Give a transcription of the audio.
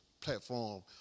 platform